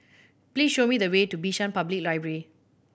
please show me the way to Bishan Public Library